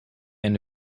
ende